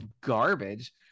garbage